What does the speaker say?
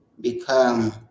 become